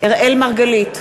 אראל מרגלית,